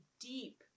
deep